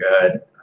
good